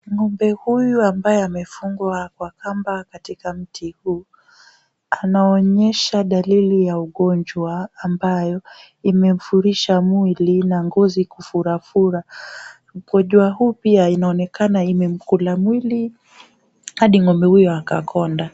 Ng'ombe huyu ambaye amefungwa kwa kamba katika mti huu anaonyesha dalili ya ugonjwa ambayo imemfurisha mwili na ngozi kufurafura . Ugonjwa huu pia inaonekana imemkula mwili hadi ng'ombe huyu akakonda.